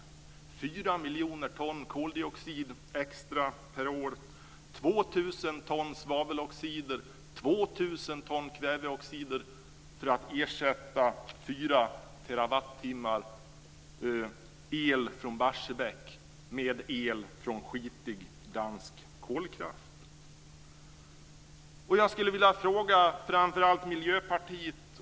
Det handlar om 4 miljoner ton koldioxid extra per år, 2 000 ton svaveloxider och 2 000 ton kväveoxider för att ersätta fyra terawattimmar el från Barsebäck med el från skitig dansk kolkraft.